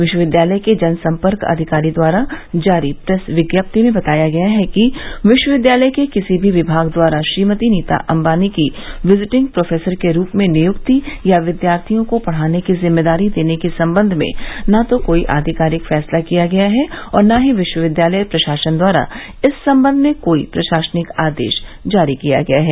विश्वविद्यालय के जनसंपर्क अधिकारी द्वारा जारी प्रेस विज्ञप्ति में बताया गया है कि विश्वविद्यालय के किसी भी विमाग द्वारा श्रीमती नीता अंबानी की विजिटिंग प्रोफेसर के रूप में नियुक्ति या विद्यार्थियों को पढ़ाने की जिम्मेदारी देने के संबंध में न तो अधिकारिक फैसला किया गया है और न ही विश्वविद्यालय प्रशासन द्वारा इस संबंध में कोई प्रशासनिक आदेश जारी किया गया है